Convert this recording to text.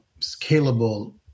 scalable